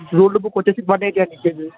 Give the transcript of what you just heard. ruled books వచ్చి one eighty అండి KG